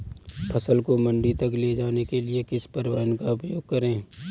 फसल को मंडी तक ले जाने के लिए किस परिवहन का उपयोग करें?